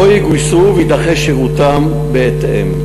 לא יגויסו ויידחה שירותם בהתאם.